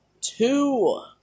Two